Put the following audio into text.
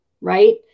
right